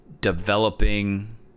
developing